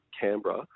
Canberra